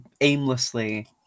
aimlessly